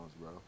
bro